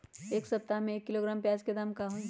एक सप्ताह में एक किलोग्राम प्याज के दाम का होई?